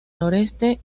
noreste